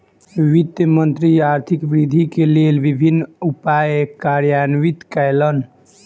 वित्त मंत्री आर्थिक वृद्धि के लेल विभिन्न उपाय कार्यान्वित कयलैन